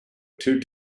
two